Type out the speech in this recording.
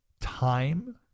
time